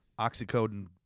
oxycodone